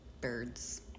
birds